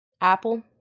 Apple